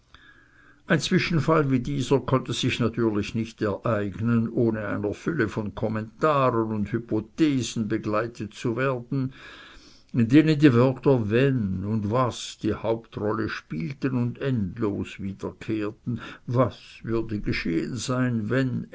ein zwischenfall wie dieser konnte sich natürlich nicht ereignen ohne von einer fülle von kommentaren und hypothesen begleitet zu werden in denen die wörter wenn und was die hauptrolle spielten und endlos wiederkehrten was würde geschehen sein wenn